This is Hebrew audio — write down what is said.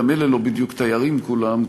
גם אלה לא בדיוק תיירים כולם,